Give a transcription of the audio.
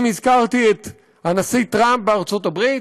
אם הזכרתי את הנשיא טראמפ בארצות-הברית,